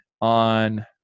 on